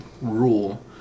rule